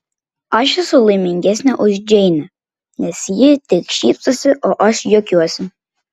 aš esu net laimingesnė už džeinę nes ji tik šypsosi o aš juokiuosi